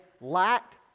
lacked